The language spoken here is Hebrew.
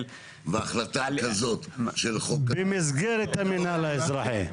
--- וההחלטה היא כזאת של חוק ה --- במסגרת המינהל האזרחי,